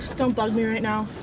don't bug me right now.